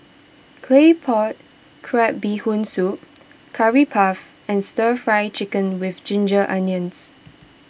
Claypot Crab Bee Hoon Soup Curry Puff and Stir Fry Chicken with Ginger Onions